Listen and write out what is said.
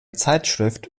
zeitschrift